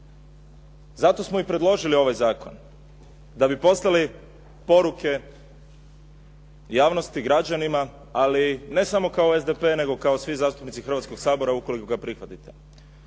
Zato smo i predložili ovaj zakon, da bi poslali poruke javnosti, građanima, ali ne samo kao SDP, nego kao svi zastupnici Hrvatskog sabora ukoliko ga prihvatite.